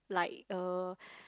like uh